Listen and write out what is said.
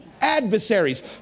adversaries